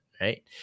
right